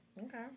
Okay